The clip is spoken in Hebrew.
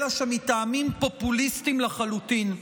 אלא שמטעמים פופוליסטיים לחלוטין,